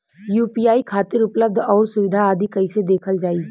UPI खातिर उपलब्ध आउर सुविधा आदि कइसे देखल जाइ?